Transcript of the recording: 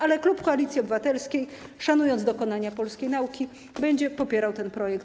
Ale klub Koalicji Obywatelskiej, szanując dokonania polskiej nauki, będzie popierał ten projekt.